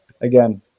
again